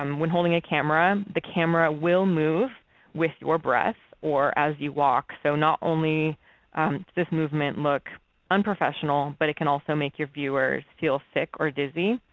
um when holding a camera the camera will move with your breath or as you walk. so not only does this movement look unprofessional, but it can also make your viewers feel sick or dizzy,